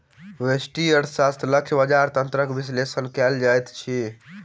व्यष्टि अर्थशास्त्र में लक्ष्य बजार तंत्रक विश्लेषण कयल जाइत अछि